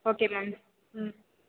okay ma'am hmm